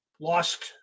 lost